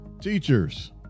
teachers